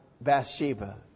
Bathsheba